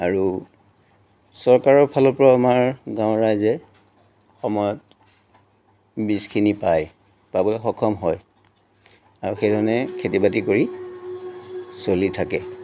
আৰু চৰকাৰৰ ফালৰপৰা আমাৰ ৰাইজে সময়ত বীজখিনি পায় পাবলৈ সক্ষম হয় আৰু সেইধৰণে খেতিবাতি কৰি চলি থাকে